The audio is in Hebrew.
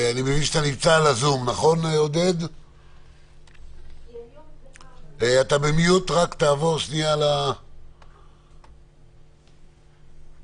שמענו את כל הצרכים והבעיות שיש.